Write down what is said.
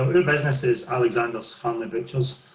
our business is alexander's family butchers